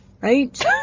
Right